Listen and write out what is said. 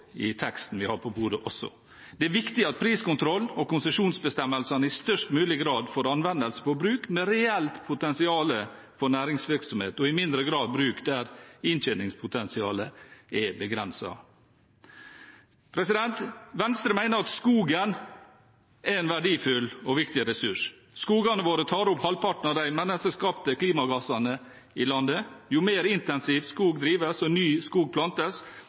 i teksten vi har på bordet også. Det er viktig at priskontrollen og konsesjonsbestemmelsene i størst mulig grad får anvendelse på bruk med reelt potensial for næringsvirksomhet og i mindre grad på bruk der inntjeningspotensialet er begrenset. Venstre mener at skogen er en verdifull og viktig ressurs. Skogene våre tar opp halvparten av de menneskeskapte klimagassene i landet. Jo mer intensivt skog drives og ny